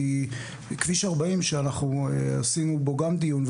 כי כביש 40 שאנחנו עשינו בו גם דיון,